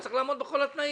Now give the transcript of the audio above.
הוא צריך לעמוד בכל התנאים.